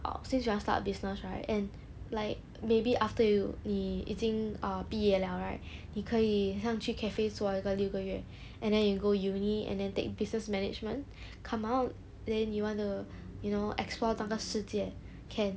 err since you want start a business right and like maybe after you 你已经 err 毕业了 right 你可以像去 cafes 做一个六个月 and then you go uni and then take business management come out then you want to you know explore 那个世界 can